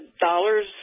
dollars